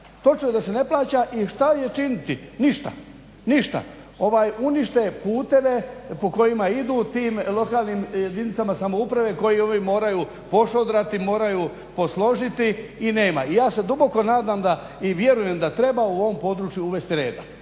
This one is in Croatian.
točno je da se ne plaća. I šta je činiti, ništa. Unište puteve po kojima idu tim jedinicama lokalne samouprave koje ovi moraju pošodrati, moraju posložiti i nema. I ja se duboko nadam i vjerujem da treba u ovom području uvest reda